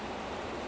ya